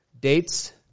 dates